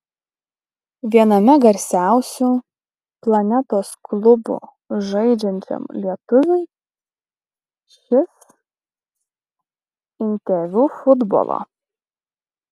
viename garsiausių planetos klubų žaidžiančiam lietuviui šis interviu futbolo